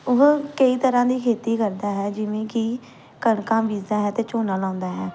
ਉਹ ਕਈ ਤਰ੍ਹਾਂ ਦੀ ਖੇਤੀ ਕਰਦਾ ਹੈ ਜਿਵੇਂ ਕਿ ਕਣਕਾਂ ਬੀਜਦਾ ਹੈ ਅਤੇ ਝੋਨਾ ਲਾਉਂਦਾ ਹੈ